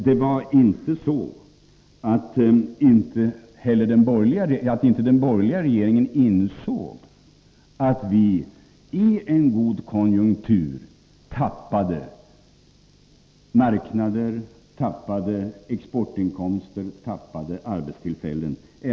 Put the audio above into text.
Det var emellertid inte så att den borgerliga regeringen inte insåg att vi i en god konjunktur tappade marknader, exportinkomster och arbetstillfällen.